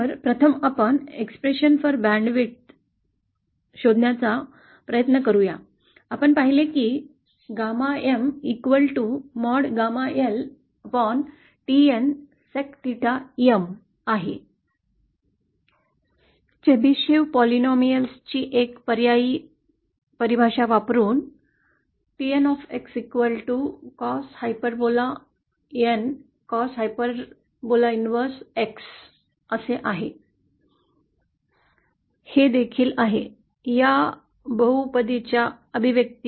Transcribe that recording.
तर प्रथम आपण बॅन्डच्या रुंदीसाठी एक अभिव्यक्ती शोधण्या चा प्रयत्न करूया आपण पाहिले की γ M moaγ LTN Sec 𝚹 M आहे चेबेशिव्ह बहुपदीयां ची एक पर्यायी परिभाषा वापरुन TN coshNcoshx हे देखील एक आहे या बहुपदीच्या अभिव्यक्ती